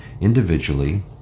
individually